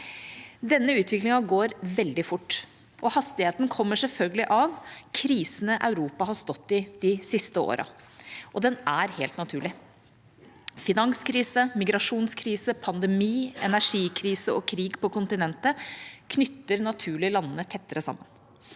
Denne utviklingen går veldig fort, og hastigheten kommer selvfølgelig av krisene Europa har stått i de siste årene, og den er helt naturlig. Finanskrise, migrasjonskrise, pandemi, energikrise og krig på kontinentet knytter naturlig landene tettere sammen.